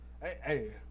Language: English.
hey